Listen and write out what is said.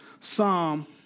Psalm